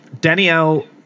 Danielle